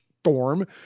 storm